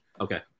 Okay